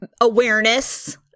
awareness